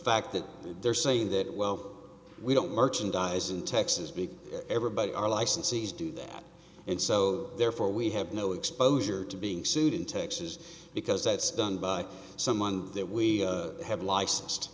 fact that they're saying that well we don't merchandise in texas big ever but our licensees do that and so therefore we have no exposure to being sued in texas because that's done by someone that we have licensed